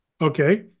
Okay